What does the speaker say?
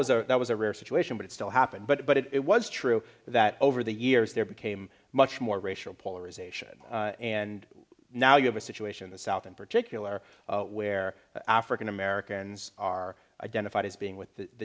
was a that was a rare situation but it still happened but it was true that over the years there became much more racial polarization and now you have a situation the south in particular where african americans are identified as being with the